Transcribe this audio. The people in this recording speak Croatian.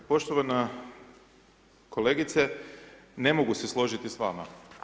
Poštovana kolegice, ne mogu se složiti s vama.